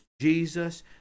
Jesus